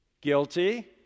Guilty